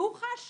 והוא חש.